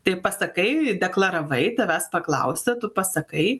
tai pasakai deklaravai tavęs paklausia tu pasakai